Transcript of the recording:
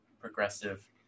progressive